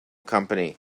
company